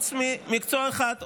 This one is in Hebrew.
חוץ ממקצוע אחד,